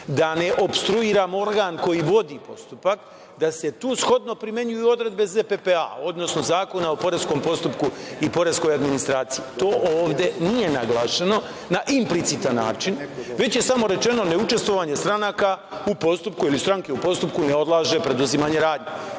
da ne opstruiram organ koji vodi postupak, da se tu shodno primenjuju odredbe ZPPPA, odnosno Zakona o poreskom postupku i poreskoj administraciji. To ovde nije naglašeno na implicitan način, već je samo rečeno – ne učestvovanje stranaka u postupku ili stranke u postupku ne odlaže preduzimanje radnje.